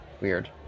Weird